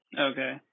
Okay